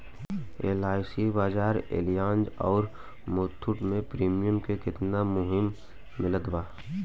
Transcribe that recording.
LIC Bajaj Allianz आउर मुथूट के premium के केतना मुहलत मिलल बा?